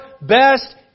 best